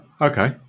Okay